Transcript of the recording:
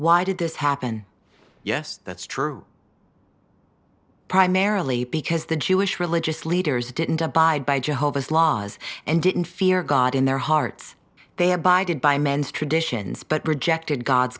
why did this happen yes that's true primarily because the jewish religious leaders didn't abide by jehovah's laws and didn't fear god in their hearts they abided by men's traditions but rejected god